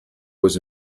was